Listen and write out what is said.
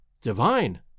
Divine